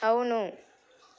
అవును